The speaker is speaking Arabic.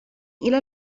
إلى